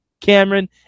Cameron